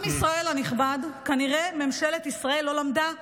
עם ישראל הנכבד, כנראה ממשלת ישראל לא למדה כלום.